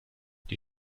die